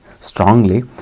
strongly